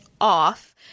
off